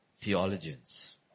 theologians